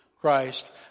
Christ